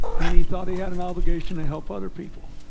and he thought he had an obligation to help other people.